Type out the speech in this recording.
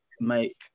make